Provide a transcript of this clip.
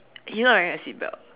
he's not wearing a seatbelt